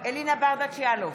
אלינה ברדץ' יאלוב,